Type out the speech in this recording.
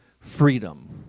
freedom